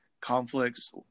conflicts